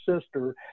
sister